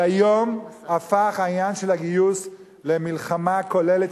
אבל היום הפך העניין של הגיוס למלחמה כוללת,